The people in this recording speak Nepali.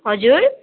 हजुर